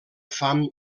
fam